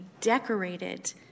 decorated